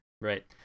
right